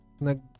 nag